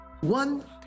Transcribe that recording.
One